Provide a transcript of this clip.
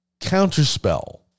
Counterspell